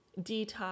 detox